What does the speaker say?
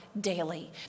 daily